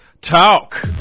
Talk